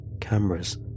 cameras